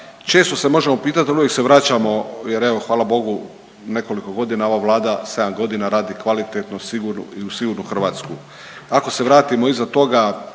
često se možemo pitati ali uvijek se vraćamo jer evo hvala Bogu nekoliko godina ova Vlada, 7 godina radi kvalitetno i u sigurnu Hrvatsku. Ako se vratimo iza toga,